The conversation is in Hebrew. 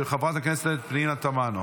לא אושרה, ותוסר מסדר-היום.